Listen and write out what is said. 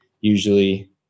usually